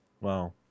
Wow